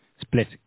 split